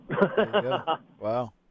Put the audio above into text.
Wow